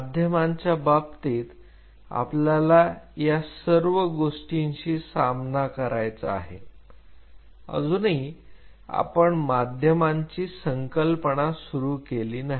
माध्यमांच्या बाबतीत आपल्याला या सर्व गोष्टींशी सामना करायचा आहे अजूनही आपण माध्यमांची संकल्पना सुरू केली नाही